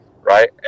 right